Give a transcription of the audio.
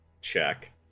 check